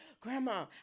Grandma